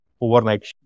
overnight